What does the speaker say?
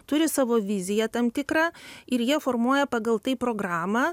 turi savo viziją tam tikrą ir jie formuoja pagal tai programą